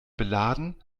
beladen